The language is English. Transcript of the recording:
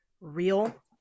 real